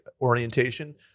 orientation